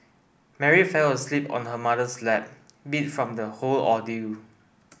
Mary fell asleep on her mother's lap beat from the whole ordeal